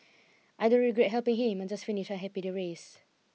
I don't regret helping him I'm just finished I happy the race